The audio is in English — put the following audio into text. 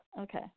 Okay